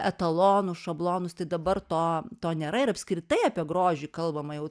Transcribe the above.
etalonus šablonus tai dabar to to nėra ir apskritai apie grožį kalbama jau